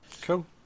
Cool